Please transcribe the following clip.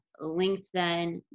LinkedIn